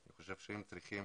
הם צריכים